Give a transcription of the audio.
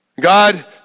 God